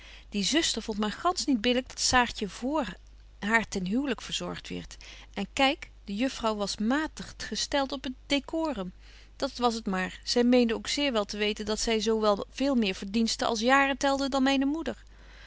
die zuster vondt maar gansch niet billyk dat saartje vr haar ten huwelyk verzogt wierd en kyk de juffrouw was magtig gestelt op het decorum dat was het maar zy meende ook zeer wel te weten dat zy zo wel veel meer verdiensten als jaren telde dan myne moeder